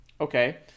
Okay